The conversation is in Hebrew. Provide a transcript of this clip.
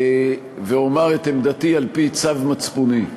ואומר את עמדתי על-פי צו מצפוני.